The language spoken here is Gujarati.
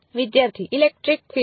વિદ્યાર્થી ઇલેક્ટ્રિક ફીલ્ડ